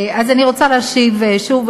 אז אני רוצה להשיב שוב,